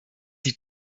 die